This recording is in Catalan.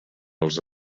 els